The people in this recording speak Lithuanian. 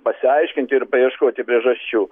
pasiaiškinti ir paieškoti priežasčių